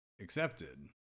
accepted